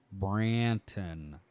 Branton